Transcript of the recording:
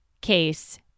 case